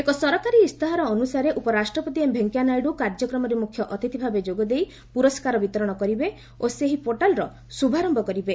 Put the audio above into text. ଏକ ସରକାରୀ ଇସ୍ତାହାର ଅନୁସାରେ ଉପରାଷ୍ଟ୍ରପତି ଏମ୍ ଭେଙ୍କିୟା ନାଇଡ଼ୁ କାର୍ଯ୍ୟକ୍ରମରେ ମୁଖ୍ୟଅତିଥି ଭାବେ ଯୋଗଦେଇ ପୁରସ୍କାର ବିତରଣ କରିବେ ଓ ସେହି ପୋର୍ଟାଲର ଶୁଭାରମ୍ଭ କରିବେ